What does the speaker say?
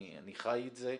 אני חי את זה,